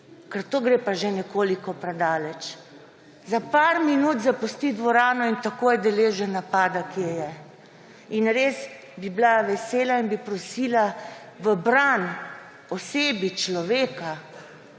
to gre pa že nekoliko predaleč. Za par minut zapusti dvorano in takoj je deležen napada, kje je. Res bi bila vesela in bi prosila v bran osebi, človeka,